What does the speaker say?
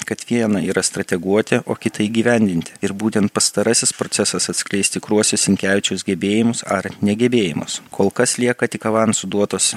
kad viena yra strateguoti o kita įgyvendinti ir būtent pastarasis procesas atskleis tikruosius sinkevičiaus gebėjimus ar negebėjimus kol kas lieka tik avansu duotos